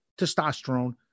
testosterone